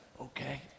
Okay